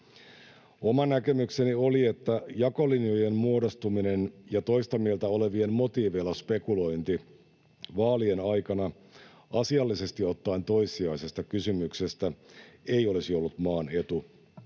Oma näkemykseni oli, että jakolinjojen muodostuminen ja toista mieltä olevien motiiveilla spekulointi vaalien aikana asiallisesti ottaen toissijaisesta kysymyksestä ei olisi ollut maan etu